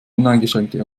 uneingeschränkte